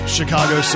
Chicago